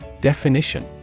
Definition